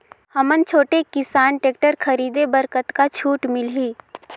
हमन छोटे किसान टेक्टर खरीदे बर कतका छूट मिलही?